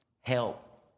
Help